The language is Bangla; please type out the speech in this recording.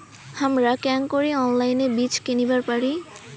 হামরা কেঙকরি অনলাইনে বীজ কিনিবার পারি?